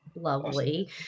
lovely